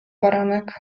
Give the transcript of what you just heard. baranek